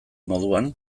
moduan